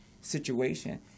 situation